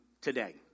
today